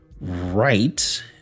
Right